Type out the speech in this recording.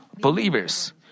believers